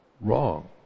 wrong